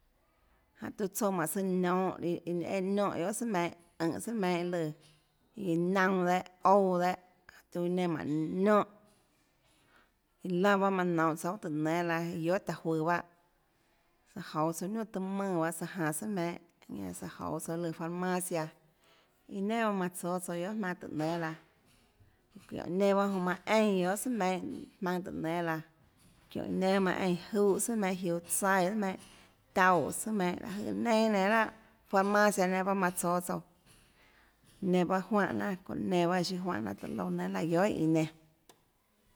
Jánhå tiuã tsouã mánhå søã niounhå eã niónhã sùà meinhâ ùnhå sùà meinhâ lùã iã naunã dehâ ouã dehâ tiuã iã nenã mánhå niónhã iã laã bahâ manã nounhå tsouã guiohà tùhå nénâ laã iã guiohà taã juøå bahâ iã jouå tsouã niunà taã mùnã bahâ iã janå sùà meinhâ tsaã jouå tsouã iâ lùã farmacia iã nenà bahâ manã tsóâ tsouã guiohà jmaønâ tùhå nénâ laã çiónhå iã nenã bahâ manã søã eínã guiohà sùà meinhâtùhå nénâ laã çiónhå iã nénâ bahâ manã eínã júhã tsùà meinhâ jiuå tsaíã sùà meinhâ tauè sùà meinhâ láhå jøè neinâ nenã lahâ farmacia nenã bahâ manã tsóâ tsouã nenã bahâ juánhã jnanà çounã nenã bahâ siâ juánhã jnanà tùhå loúã nénâ laã guiohà iã nenã